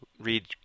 read